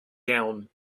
gown